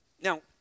Now